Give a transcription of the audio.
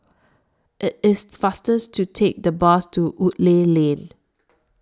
IT IS fasters to Take The Bus to Woodleigh Lane